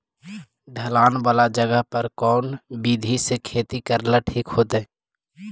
ढलान वाला जगह पर कौन विधी से खेती करेला ठिक होतइ?